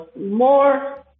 more